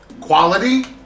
quality